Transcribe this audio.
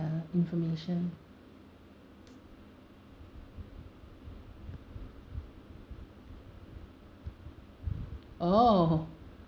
uh information orh